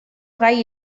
gai